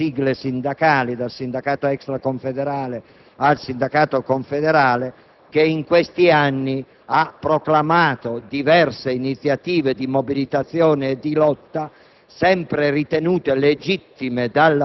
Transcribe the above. che attraversa tutte le sigle sindacali (dal sindacato extraconfederale a quello confederale) e che in questi anni ha proclamato diverse iniziative di mobilitazione e di lotta,